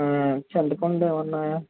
హా చింతపండు ఏమన్నా